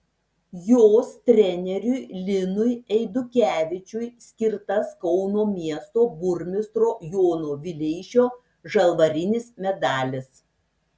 jos treneriui linui eidukevičiui skirtas kauno miesto burmistro jono vileišio žalvarinis medalis